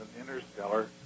interstellar